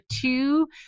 two